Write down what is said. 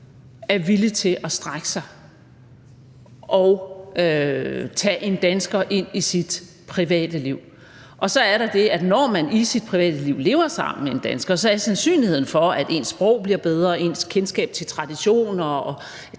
er villig til at strække sig og tage en dansker ind i sit private liv. Og så er der det, at når man i sit private liv lever sammen med en dansker, er sandsynligheden større for, at ens sprog bliver bedre, at ens kendskab til traditioner bliver